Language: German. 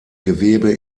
gewebe